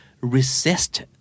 resist